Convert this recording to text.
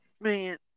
Man